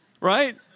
Right